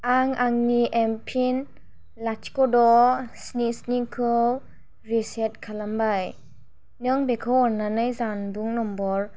आं आंनि एमफिन लाथिख द स्नि स्नि खौ रिसेट खालामबाय नों बेखौ अन्नानै जानबुं नम्बर